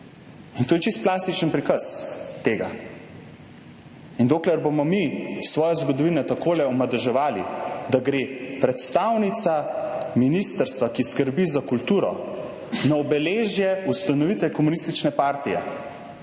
To je čisto plastičen prikaz tega. Dokler bomo mi svojo zgodovino takole omadeževali, da gre predstavnica ministrstva, ki skrbi za kulturo, na obeležje ustanovitve komunistične partije